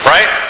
Right